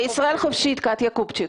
מ'ישראל חופשית', קטיה קופצ'יק.